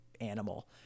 animal